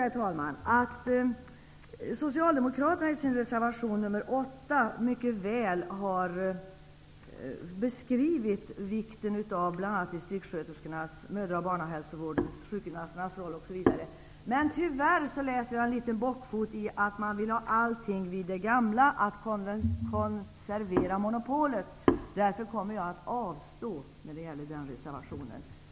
Jag tycker att socialdemokraterna i sin reservation nr 8 mycket väl har beskrivit vikten av bl.a. distriktssköterskors, mödra och barnhälsovårdens och sjukgymnasternas roll. Tyvärr läser jag in en liten bockfot i att man vill att allt skall förbli vid det gamla. Man vill konservera monopolet. Därför kommer jag att avstå när det gäller den reservationen.